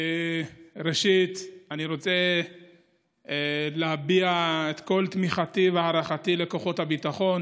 ראשית אני רוצה להביע את כל תמיכתי והערכתי לכוחות הביטחון